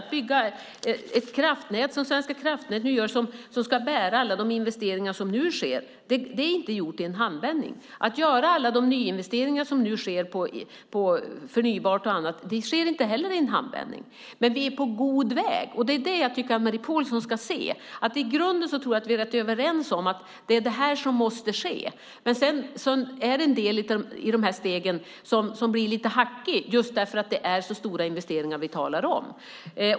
Att, som Svenska kraftnät nu gör, bygga ett kraftnät som ska bära alla de investeringar som sker nu är inte gjort i en handvändning. Att göra alla de nyinvesteringar som nu sker i förnybart och annat är inte heller något som sker i en handvändning. Men vi är på god väg. Det tycker jag att Anne-Marie Pålsson ska se. I grunden är vi, tror jag, rätt överens om att det är det här som måste ske. Dock finns det en del i de här stegen som blir lite hackigt just därför att det är så stora investeringar vi talar om.